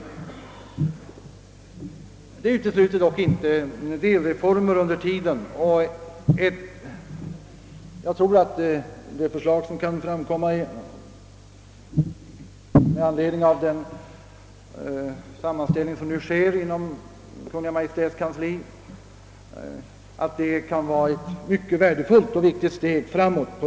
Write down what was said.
Under tiden kan självfallet delreformer genomföras på basis av förslag, som kan föranledas av den sammanställning vilken, som jag nämnde, sker inom Kungl. Maj:ts kansli. Sådana delreformer kan utgöra värdefulla och viktiga steg framåt.